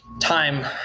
time